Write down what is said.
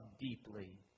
deeply